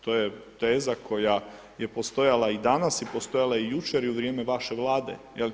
To je teza koja je postojala i danas i postojala je i jučer i u vrijeme vaše Vlade.